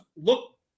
look